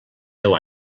deu